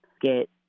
get